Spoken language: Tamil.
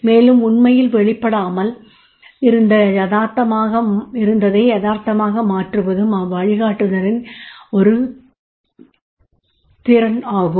மேலும் உண்மையில் வெளிப்படாமல் இருந்ததை யதார்த்தமாக மாற்றுவதும் அவ்வழிகாட்டுனரின் ஒரு திறன் ஆகும்